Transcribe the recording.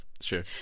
Sure